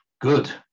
Good